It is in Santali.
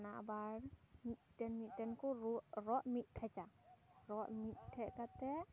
ᱚᱱᱟ ᱟᱵᱟᱨ ᱢᱤᱫᱴᱮᱱ ᱢᱤᱫᱴᱮᱱ ᱠᱚ ᱨᱩᱜ ᱨᱚᱜ ᱢᱤᱫᱴᱷᱮᱱᱟ ᱨᱚᱜ ᱢᱤᱫᱴᱷᱮᱱ ᱠᱟᱛᱮ